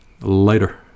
Later